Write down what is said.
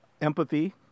empathy